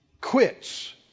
Quits